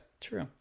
true